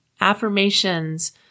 affirmations